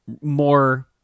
more